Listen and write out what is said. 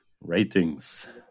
Ratings